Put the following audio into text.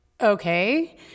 okay